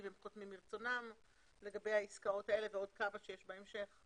והם חותמים מרצונם לגבי העסקאות האלה ועוד כמה שיש בהמשך.